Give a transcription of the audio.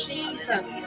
Jesus